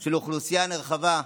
של אוכלוסייה נרחבת.